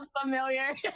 familiar